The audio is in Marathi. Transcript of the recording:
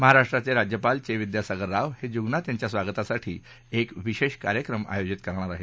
महाराष्ट्राचे राज्यपाल चे विद्यासागर राव हे जुगनाथ यांच्या स्वागतासाठी एक विशेष कार्यक्रम आयोजित करणार आहेत